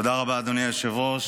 תודה רבה, אדוני היושב-ראש.